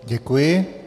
Děkuji.